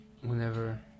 whenever